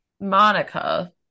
Monica